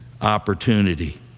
opportunity